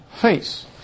face